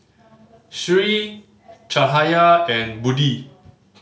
Sri Cahaya and Budi